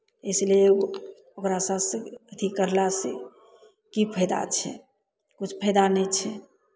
इसलिए ओकरा सभसँ अथी करलासँ की फाइदा छै किछु फाइदा नहि छै